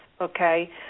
okay